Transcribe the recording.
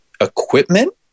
equipment